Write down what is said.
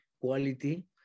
quality